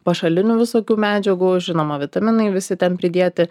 pašalinių visokių medžiagų žinoma vitaminai visi ten pridėti